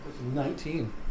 Nineteen